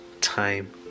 time